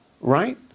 Right